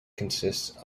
consists